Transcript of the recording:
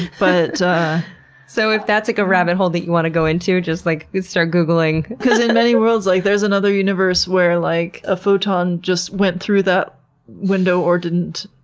but so if that's like a rabbit hole that you want to go into just like start googling! because in many worlds like there's another universe where, like, a photon just went through that window or didn't,